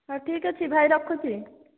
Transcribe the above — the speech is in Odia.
ହଉ ଠିକ୍ଅଛି ଭାଇ ରଖୁଛି